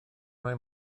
mae